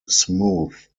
smooth